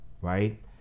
right